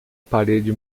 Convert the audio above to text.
parede